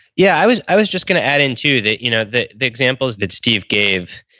yeah. i was i was just going to add in too that you know the the examples that steve gave,